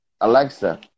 Alexa